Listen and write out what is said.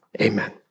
Amen